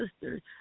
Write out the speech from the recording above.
sisters